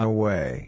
Away